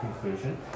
conclusion